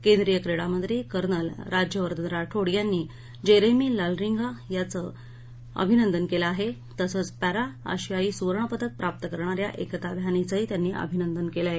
केंद्रीय क्रीडा मंत्री कर्नल राज्यवर्धन राठोड यांनी जेरेमी लालरिंगा याचं अभिनंदन केलं आहे तसंच प्रष्त आशियाई सुवर्णपदक प्राप्त करणा या एकता भ्यान हिचंही त्यांनी अभिनंदन केलंय